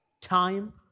Time